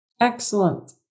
Excellent